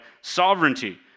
sovereignty